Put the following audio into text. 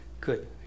Good